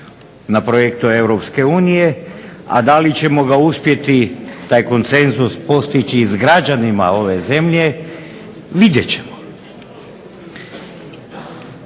na projektu EU, a da li ćemo ga uspjeti, taj konsenzus, postići i s građanima ove zemlje vidjet ćemo.